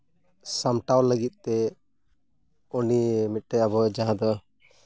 ᱥᱟᱢᱴᱟᱣ ᱞᱟᱹᱜᱤᱫ ᱛᱮ ᱩᱱᱤᱭᱮ ᱢᱤᱫᱴᱟᱹᱝ ᱟᱵᱚ ᱡᱟᱦᱟᱸ ᱫᱚ